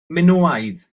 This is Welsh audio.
minoaidd